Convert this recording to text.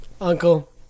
Uncle